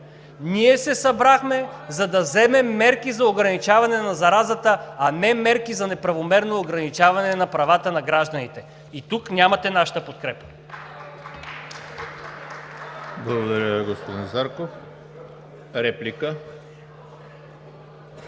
Ние се събрахме, за да вземем мерки за ограничаване на заразата, а не мерки за неправомерно ограничаване на правата на гражданите! И тук нямате нашата подкрепа. (Ръкопляскания от „БСП за